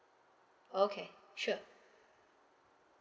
okay sure